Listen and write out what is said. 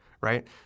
right